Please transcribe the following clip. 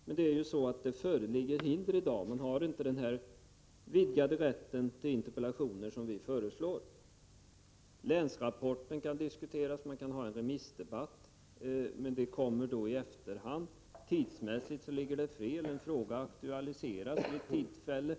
Men i dag föreligger det ju hinder, eftersom man saknar den vidgade rätt till interpellationer som vi har föreslagit. Länsrapporten kan diskuteras. Man kan ha en remissdebatt, men den kommer då efteråt. Tidsmässigt blir det felaktigt. En fråga aktualiseras vid ett tillfälle.